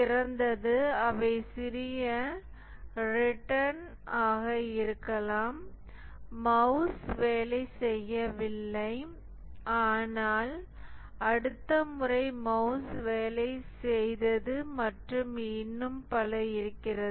சிறந்தது அவை சிறிய ர்ரிடன்ட் ஆக இருக்கலாம் மவுஸ் வேலை செய்யவில்லை ஆனால் அடுத்த முறை மவுஸ் வேலை செய்தது மற்றும் இன்னும் பல இருக்கிறது